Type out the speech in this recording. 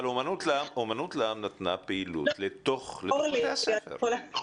אבל אומנות לעם נתנה פעילות לתוך בתי הספר.